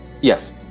Yes